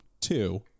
Two